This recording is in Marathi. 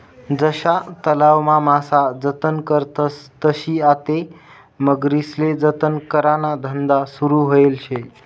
जशा तलावमा मासा जतन करतस तशी आते मगरीस्ले जतन कराना धंदा सुरू व्हयेल शे